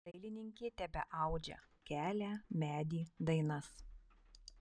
dailininkė tebeaudžia kelią medį dainas